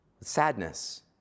sadness